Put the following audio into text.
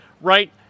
right